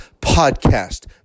podcast